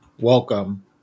welcome